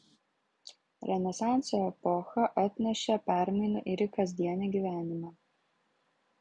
renesanso epocha atnešė permainų ir į kasdienį gyvenimą